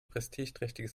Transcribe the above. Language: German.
prestigeträchtiges